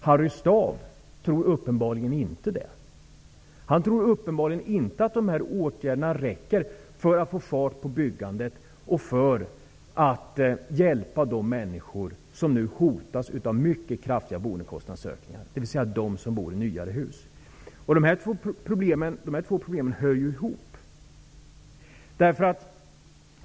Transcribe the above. Harry Staaf tror uppenbarligen inte att de här åtgärderna räcker för att få fart på byggandet och för att hjälpa de människor som nu hotas av mycket kraftiga boendekostnadsökningar, dvs. de som bor i nya hus. De här två problemen hör ihop.